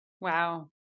Wow